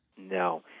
No